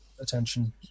attention